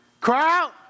Crowd